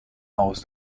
aus